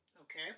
Okay